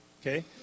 Okay